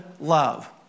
love